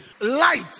light